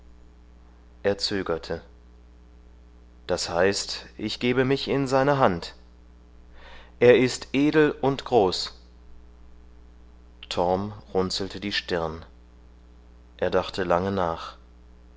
er zögerte das heißt ich gebe mich in seine hand er ist edel und groß torm runzelte die stirn er dachte lange nach